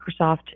Microsoft